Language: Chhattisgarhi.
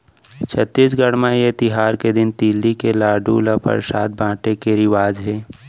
छत्तीसगढ़ म ए तिहार के दिन तिली के लाडू ल परसाद बाटे के रिवाज हे